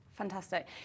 Fantastic